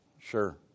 Sure